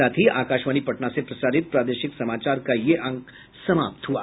इसके साथ ही आकाशवाणी पटना से प्रसारित प्रादेशिक समाचार का ये अंक समाप्त हुआ